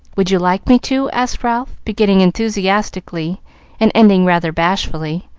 would you like me to? asked ralph, beginning enthusiastically and ending rather bashfully,